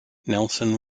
nelson